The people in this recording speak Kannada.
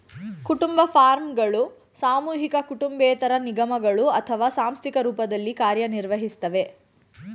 ಕುಟುಂಬ ಫಾರ್ಮ್ಗಳು ಸಾಮೂಹಿಕ ಕುಟುಂಬೇತರ ನಿಗಮಗಳು ಅಥವಾ ಸಾಂಸ್ಥಿಕ ರೂಪದಲ್ಲಿ ಕಾರ್ಯನಿರ್ವಹಿಸ್ತವೆ